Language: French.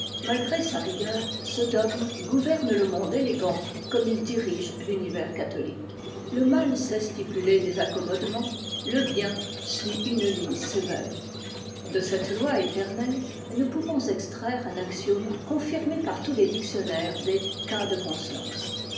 malgré sa rigueur ce dogme gouverne le monde élégant comme il dirige l'univers catholique le mal sait stipuler des accommodements le bien suit une ligne sévère de cette loi éternelle nous pouvons extraire un axiome confirmé par tous les dictionnaires des cas de co